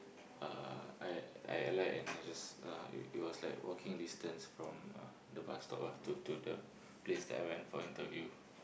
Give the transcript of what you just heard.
uh I I alight and I just uh it was like walking distance from uh the bus stop ah to to to the place I went for interview